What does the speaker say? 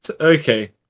okay